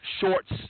shorts